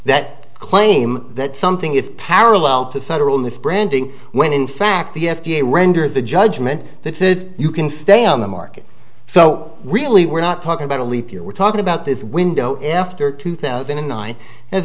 that claim that something is parallel to federal misbranding when in fact the f d a renders the judgment that you can stay on the market so really we're not talking about a leap year we're talking about this window after two thousand and nine and the